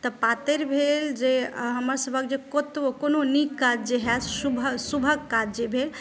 तऽ पातरि भेल जे हमर सभक जे कतौ कोनो नीक काज जे होयत शुभक काज जे भेल